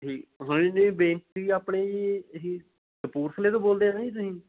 ਜੀ ਹਾਂਜੀ ਬੇਨਤੀ ਆ ਆਪਣੀ ਜੀ ਅਸੀਂ ਕਪੂਰਥਲੇ ਤੋਂ ਬੋਲਦੇ ਆ ਨਾ ਜੀ ਤੁਸੀਂ